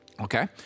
Okay